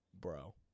bro